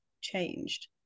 changed